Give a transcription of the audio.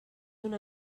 una